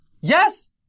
Yes